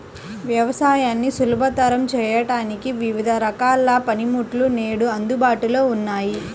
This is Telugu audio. వ్యవసాయాన్ని సులభతరం చేయడానికి వివిధ రకాల పనిముట్లు నేడు అందుబాటులో ఉన్నాయి